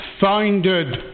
founded